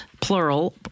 plural